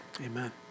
Amen